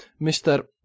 Mr